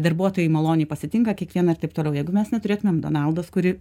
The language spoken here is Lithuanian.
darbuotojai maloniai pasitinka kiekvieną ir taip toliau jeigu mes neturėtumėm donaldos kuri